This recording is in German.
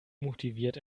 motiviert